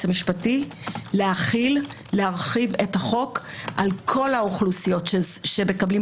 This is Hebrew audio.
המשפטי להחיל ולהרחיב את החוק לכל האוכלוסיות שמקבלות